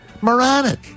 Moronic